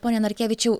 pone narkevičiau